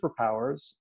superpowers